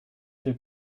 too